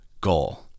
goal